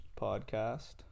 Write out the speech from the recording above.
podcast